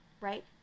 right